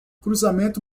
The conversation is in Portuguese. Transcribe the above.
cruzamento